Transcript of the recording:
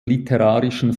literarischen